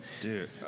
Dude